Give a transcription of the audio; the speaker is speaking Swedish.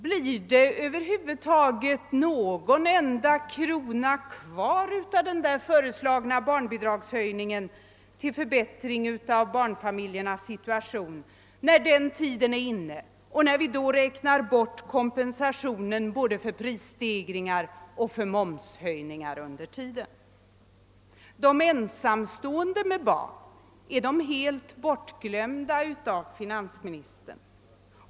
Blir det över huvud taget någon enda krona kvar av den föreslagna barnbidragshöjningen till förbättring av barnfamiljernas situation, om vi tar hänsyn till prisstegringar och momshöjningar? Är de ensamstående med barn helt bortglömda av finansministern?